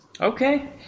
okay